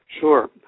Sure